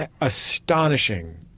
astonishing